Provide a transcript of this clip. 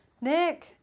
Nick